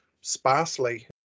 sparsely